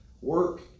Work